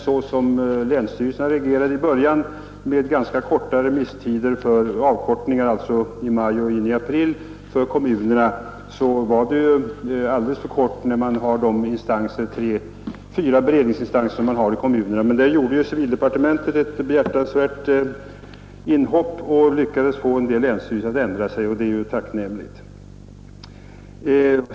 Så som länsstyrelserna reagerade i början, med en avkortning av remisstiden för kommunerna till april eller något in i maj, blir emellertid remisstiden alldeles för kort, eftersom kommunerna har tre fyra beredningsinstanser. Där gjorde emellertid civildepartementet ett behjärtansvärt inhopp och lyckades få en del länsstyrelser att ändra sig, och det var tacknämligt.